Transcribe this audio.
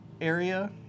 area